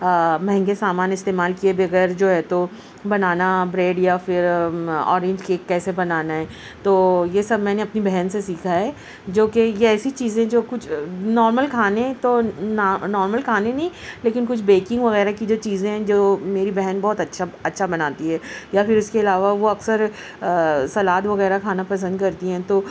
مہنگے سامان استعمال کیے بغیر جو ہے تو بنانا بریڈ یا پھر اورینج کیک کیسے بنانا ہے تو یہ سب میں نے اپنی بہن سے سیکھا ہے جوکہ یہ ایسی چیزیں جو کچھ نارمل کھانے تو نا نارمل کھانے نہیں لیکن کچھ بیکنگ وغیرہ کی جو چیزیں ہیں جو میری بہن بہت اچھا اچھا بناتی ہے یا پھر اس کے علاوہ وہ اکثر سلاد وغیرہ کھانا پسند کرتی ہیں تو